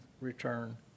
return